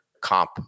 comp